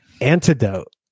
antidote